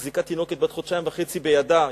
מחזיקה תינוקת בת חודשיים וחצי בידה,